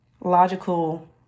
Logical